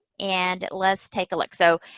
and let's take a look. so,